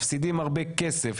מפסידים הרבה כסף,